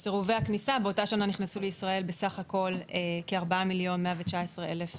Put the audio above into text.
באותה שנה נכנסו לישראל כ-4 מיליון 119,000 זרים.